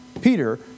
Peter